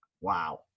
wow